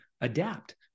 adapt